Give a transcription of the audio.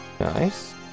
Nice